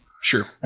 Sure